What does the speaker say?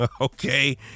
Okay